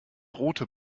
rote